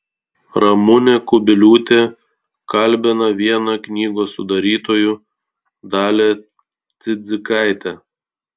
ramunė kubiliūtė kalbina vieną knygos sudarytojų dalią cidzikaitę